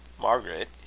Margaret